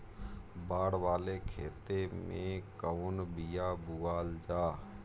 बाड़ वाले खेते मे कवन बिया बोआल जा?